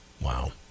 wow